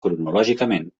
cronològicament